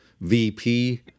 VP